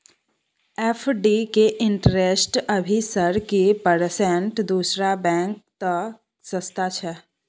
FD के interest अभी sir की परसेंट दूसरा बैंक त सस्ता छः?